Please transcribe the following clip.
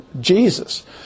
Jesus